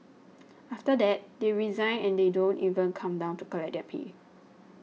after that they resign and they don't even come down to collect their pay